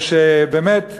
ושבאמת,